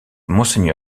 mgr